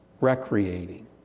recreating